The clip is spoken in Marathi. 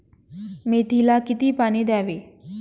मेथीला किती पाणी द्यावे?